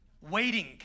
Waiting